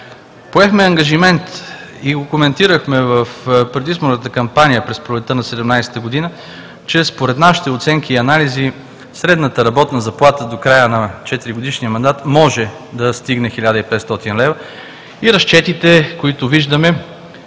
Поехме ангажимент и го коментирахме в предизборната кампания през пролетта на 2017 г., че според нашите оценки и анализи средната работна заплата до края на четиригодишния мандат може да стигне 1500 лв. и разчетите, които виждаме,